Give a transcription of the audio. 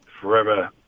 forever